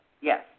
Yes